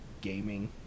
gaming